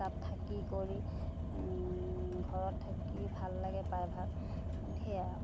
তাত থাকি কৰি ঘৰত থাকি ভাল লাগে প্ৰায়ভাগ সেয়াই আৰু